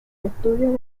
estudios